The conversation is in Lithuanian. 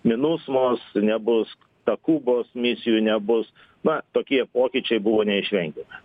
minusmos nebus takubos misijų nebus na tokie pokyčiai buvo neišvengiami